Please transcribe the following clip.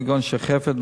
כגון שחפת,